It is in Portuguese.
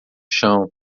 chão